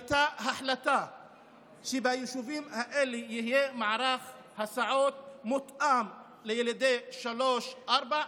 והייתה החלטה שביישובים האלה יהיה מערך הסעות מותאם לילדי שלוש-ארבע.